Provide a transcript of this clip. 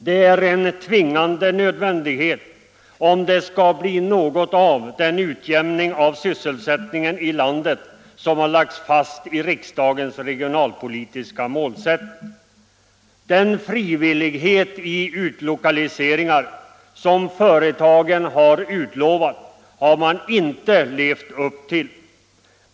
Det är en tvingande nödvändighet, om det skall bli något av den utjämning av sysselsättningen i landet som har lagts fast i riksdagens regionalpolitiska målsättning. Den frivillighet i utlokaliseringar som företagen har utlovat har de inte levt upp till.